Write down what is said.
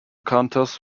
counters